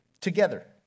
together